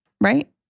right